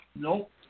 Nope